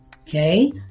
Okay